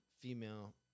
female